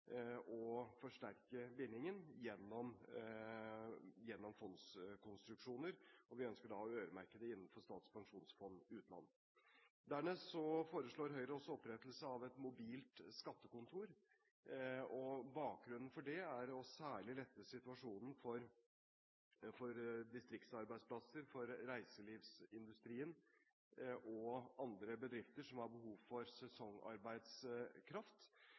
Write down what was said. å forsterke bindingen gjennom fondskonstruksjoner, og vi ønsker da å øremerke det innenfor Statens pensjonsfond utland. Dernest foreslår Høyre også opprettelse av et mobilt skattekontor. Bakgrunnen for det er særlig å lette situasjonen for distriktsarbeidsplasser, reiselivsindustrien og andre bedrifter som har behov for sesongarbeidskraft,